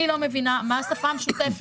אני לא מבינה מה השפה המשותפת.